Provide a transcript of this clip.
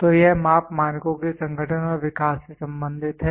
तो यह माप मानकों के संगठन और विकास से संबंधित है